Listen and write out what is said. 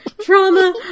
trauma